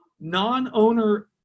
non-owner